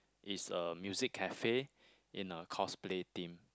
is a music cafe in a cosplay theme